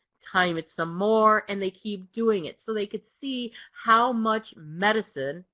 time it some more and they keep doing it so they can see how much medicine,